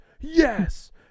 yes